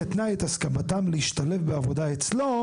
כתנאי להסכמתם להשתלב בעבודה אצלו,